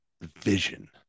vision